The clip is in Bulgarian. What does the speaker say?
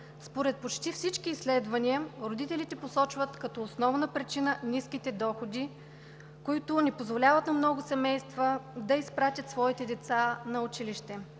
Според почти всички изследвания родителите посочват като основна причина ниските доходи, които не позволяват на много семейства да изпратят своите деца на училище.